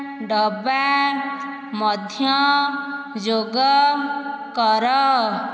ଡବା ମଧ୍ୟ ଯୋଗ କର